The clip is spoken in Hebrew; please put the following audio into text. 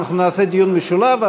אנחנו נעשה דיון משולב.